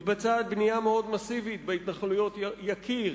מתבצעת בנייה מאוד מסיבית בהתנחלויות יקיר,